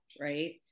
right